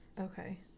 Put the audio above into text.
okay